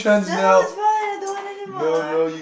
no is fine I don't want anymore